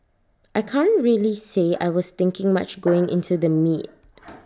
I can't really say I was thinking much going into the meet